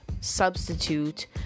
substitute